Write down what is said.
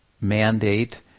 mandate